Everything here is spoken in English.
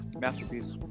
masterpiece